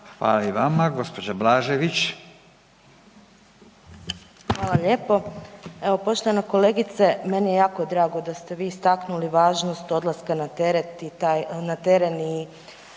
**Blažević, Anamarija (HDZ)** Hvala lijepo. Evo poštovana kolegice, meni je jako drago da ste vi istaknuli važnost odlaska na teren i